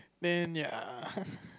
I mean ya